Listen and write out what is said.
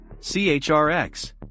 CHRX